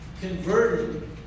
converted